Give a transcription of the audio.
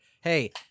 Hey